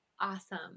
Awesome